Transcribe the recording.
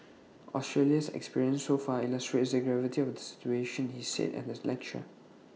Australia's experience so far illustrates the gravity of the situation he said at the lecture